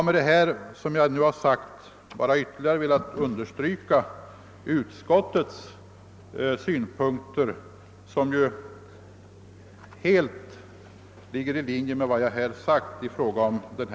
Med det sagda har jag velat ytterligare understryka utskottets synpunkter, vilka ligger helt i linje med vad jag framhållit i propositionen.